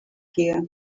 here